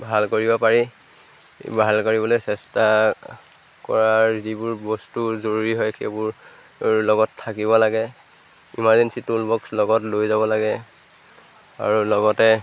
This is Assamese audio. ভাল কৰিব পাৰি ভাল কৰিবলৈ চেষ্টা কৰাৰ যিবোৰ বস্তু জৰুৰী হয় সেইবোৰ লগত থাকিব লাগে ইমাৰ্জেঞ্চি টুল বক্স লগত লৈ যাব লাগে আৰু লগতে